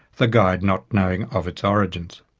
the guide not knowing of its origins.